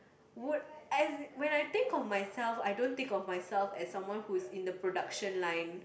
would as in when I think of myself I don't think of myself as someone who is in the production line